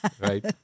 Right